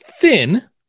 thin